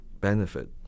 benefit